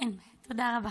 (תודה רבה.